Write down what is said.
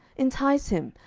entice him,